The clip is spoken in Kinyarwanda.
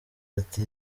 ati